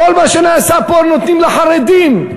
כל מה שנעשה פה נותנים לחרדים.